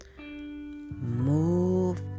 Move